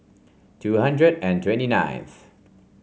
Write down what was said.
two hundred and twenty ninth